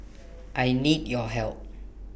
I need your help